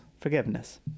forgiveness